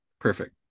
Perfect